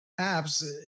apps